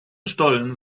stollen